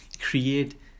create